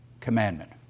commandment